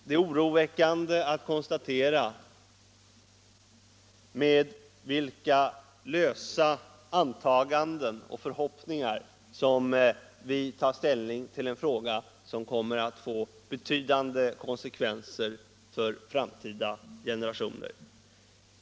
Det är oroväckande att konstatera Om hanteringen av med vilka lösa antaganden och förhoppningar som vi tar ställning till radioaktivt avfall, en fråga som kommer att få betydande konsekvenser för framtida gem.m. nerationer.